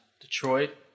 Detroit